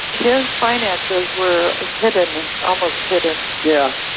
his finances were hidden, almost hidden yeah